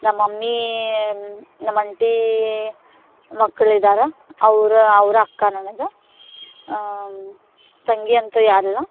ನಮ್ಮ ಮಮ್ಮೀ ನಮ್ಮ ಅಂಟೀ ಮಕ್ಳಿದ್ದಾರೆ ಅವ್ರು ಅವ್ರ ಅಕ್ಕ ನನಗೆ ತಂಗಿ ಅಂತೂ ಯಾರಿಲ್ಲ